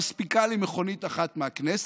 מספיקה לי מכונית אחת מהכנסת,